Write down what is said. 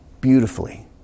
beautifully